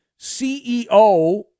CEO